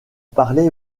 parlait